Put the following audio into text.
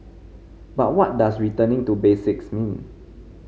but what does returning to basics mean